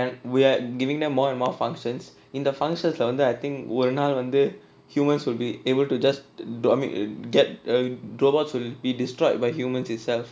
and we are giving them more and more functions இந்த:intha functions lah வந்து:vanthu I think ஒரு நாள் வந்து:oru naal vanthu humans will be able to just do I mean get a robots will be destroyed by humans itself